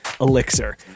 elixir